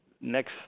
next